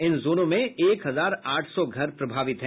इन जोनों में एक हजार आठ सौ घर प्रभावित है